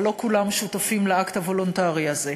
אבל לא כולם שותפים לאקט הוולונטרי הזה.